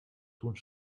toen